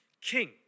king